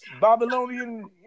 Babylonian